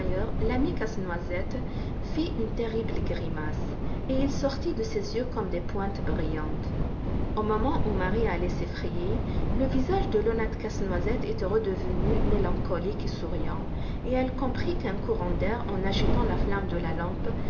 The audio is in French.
l'ami casse-noisette fit une terrible grimace et il sortit de ses yeux comme des pointes brillantes au moment où marie allait s'effrayer le visage de l'honnête casse-noisette était redevenu mélancolique et souriant et elle comprit qu'un courant d'air en agitant la flamme de la lampe